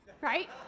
right